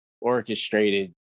orchestrated